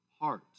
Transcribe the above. heart